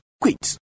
quit